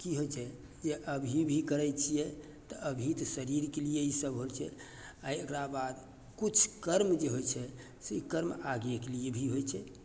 कि होइ छै जे अभी भी करय छियै तऽ अभी तऽ शरीरके लिए ईसब होइ छै आइ एकरा बाद किछु कर्म जे होइ छै से कर्म आगेके लिये भी होइ छै